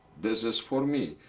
this is for me.